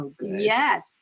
Yes